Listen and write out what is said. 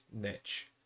niche